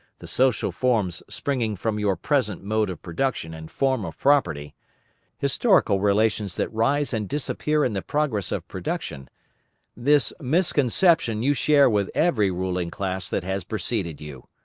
the social forms springing from your present mode of production and form of property historical relations that rise and disappear in the progress of production this misconception you share with every ruling class that has preceded you.